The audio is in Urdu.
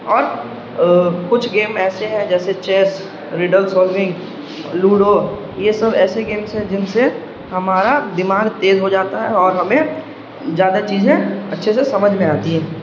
اور کچھ گیم ایسے ہیں جیسے چیس ریڈل سولوونگ لوڈو یہ سب ایسے گیمس ہیں جن سے ہمارا دماغ تیز ہو جاتا ہے اور ہمیں زیادہ چیزیں اچھے سے سمجھ میں آتی ہیں